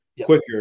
quicker